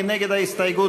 מי נגד ההסתייגות?